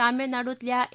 तमिळनाडूतल्या ए